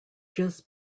just